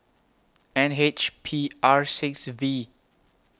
N H P R six V